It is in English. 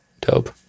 dope